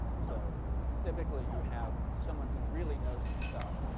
so typically you have someone who really knows their stuff,